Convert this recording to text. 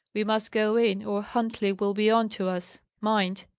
we must go in, or huntley will be on to us. mind!